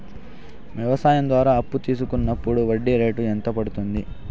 వ్యవసాయం ద్వారా అప్పు తీసుకున్నప్పుడు వడ్డీ రేటు ఎంత పడ్తుంది